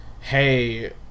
hey